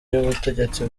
y’ubutegetsi